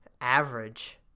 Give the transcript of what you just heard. average